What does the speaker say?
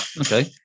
okay